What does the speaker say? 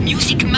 Music